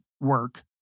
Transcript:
work